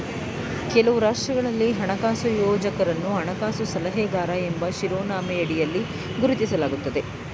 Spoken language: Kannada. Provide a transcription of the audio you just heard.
ಕೆಲವು ರಾಷ್ಟ್ರಗಳಲ್ಲಿ ಹಣಕಾಸು ಯೋಜಕರನ್ನು ಹಣಕಾಸು ಸಲಹೆಗಾರ ಎಂಬ ಶಿರೋನಾಮೆಯಡಿಯಲ್ಲಿ ಗುರುತಿಸಲಾಗುತ್ತದೆ